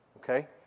Okay